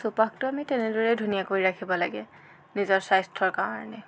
চৌপাশটো আমি তেনেদৰেই ধুনীয়া কৰি ৰাখিব লাগে নিজৰ স্বাস্থ্যৰ কাৰণে